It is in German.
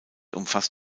umfasst